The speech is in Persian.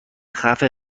خفه